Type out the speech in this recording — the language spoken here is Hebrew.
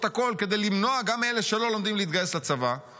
הכול כדי למנוע גם מאלה שלא לומדים להתגייס לצבא,